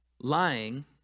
lying